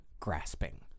Grasping